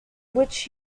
which